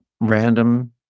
random